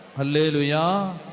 Hallelujah